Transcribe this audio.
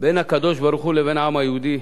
בין הקדוש-ברוך-הוא לבין העם היהודי.